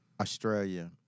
Australia